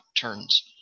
turns